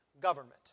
government